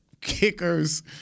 kickers